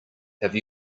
have